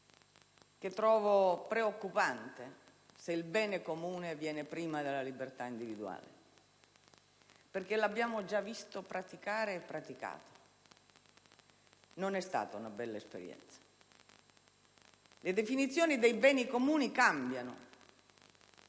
considero preoccupante il fatto che il bene comune venga prima della libertà individuale, perché lo abbiamo già visto praticare e praticato: non è stata una bella esperienza. Le definizioni dei beni comuni cambiano